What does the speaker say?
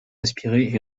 aspirées